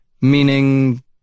meaning